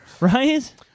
right